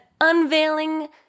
unveiling